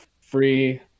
free